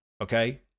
Okay